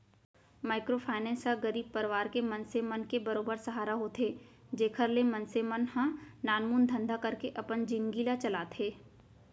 micro finance ह गरीब परवार के मनसे मन के बरोबर सहारा होथे जेखर ले मनसे मन ह नानमुन धंधा करके अपन जिनगी ल चलाथे